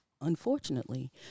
unfortunately